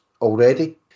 already